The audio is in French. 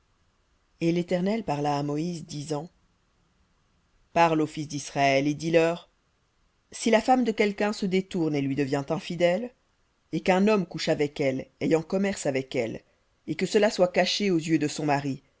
et l'éternel parla à moïse disant parle aux fils d'israël et dis-leur si la femme de quelqu'un se détourne et lui devient infidèle et qu'un homme couche avec elle ayant commerce avec elle et que cela soit caché aux yeux de son mari